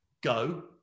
go